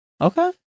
Okay